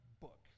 book